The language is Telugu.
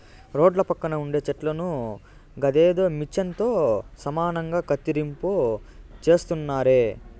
రోడ్ల పక్కన ఉండే చెట్లను గదేదో మిచన్ తో సమానంగా కత్తిరింపు చేస్తున్నారే